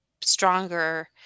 stronger